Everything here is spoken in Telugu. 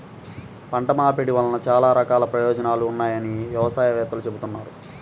పంట మార్పిడి వలన చాలా రకాల ప్రయోజనాలు ఉన్నాయని వ్యవసాయ వేత్తలు చెబుతున్నారు